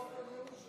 חבר הכנסת עמית הלוי,